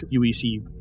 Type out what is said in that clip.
UEC